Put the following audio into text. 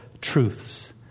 truths